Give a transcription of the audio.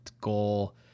goal